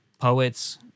poets